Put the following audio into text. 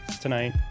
tonight